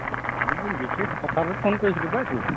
অঁ বিশেষ কথা এটা পাই ফোন কৰিছিলো তোলৈ